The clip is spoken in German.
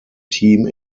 team